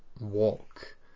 walk